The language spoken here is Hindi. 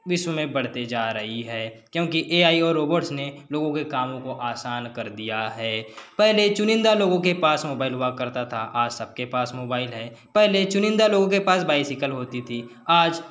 विश्व में बढ़ते जा रही है क्योंकि ए आई और रोबोट्स ने लोगों के कामों को आसान कर दिया है पहले चुनिंदा लोगों के पास मोबाइल हुआ करता था आज सबके पास मोबाइल है पहले चुनिंदा लोगों के पास बाइसाइकल होती थी आज